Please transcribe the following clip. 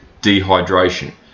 Dehydration